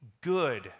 good